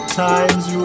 times